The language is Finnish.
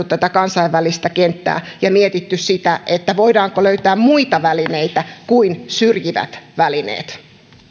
tätä kansainvälistä kenttää ja mietitty sitä sitä voidaanko löytää muita välineitä kuin syrjivät välineet